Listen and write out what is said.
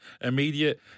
immediate